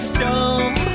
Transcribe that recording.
dumb